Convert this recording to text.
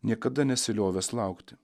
niekada nesiliovęs laukti